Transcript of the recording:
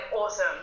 awesome